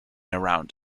around